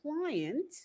client